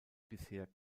bisher